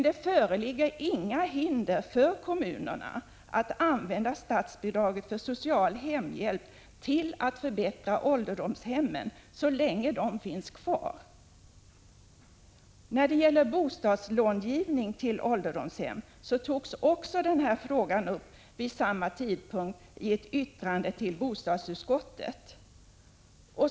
Det föreligger dock inga hinder för kommunerna att använda statsbidraget för social hemhjälp till att förbättra ålderdomshemmen så länge dessa finns kvar. Beträffande bostadslånegivning till ålderdomshem togs frågan upp vid samma tidpunkt i ett yttrande till bostadsutskottet.